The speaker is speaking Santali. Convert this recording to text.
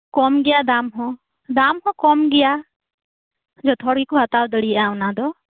ᱠᱚᱢ ᱜᱮᱭᱟ ᱫᱟᱢ ᱦᱚᱸ ᱫᱟᱢ ᱦᱚᱸ ᱠᱚᱢᱜᱮᱭᱟ ᱡᱚᱛᱚ ᱦᱚᱲ ᱜᱮᱠᱩ ᱦᱟᱛᱟᱣ ᱫᱟᱲᱤᱭᱟᱜᱼᱟ ᱚᱱᱟᱫᱚ